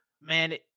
Man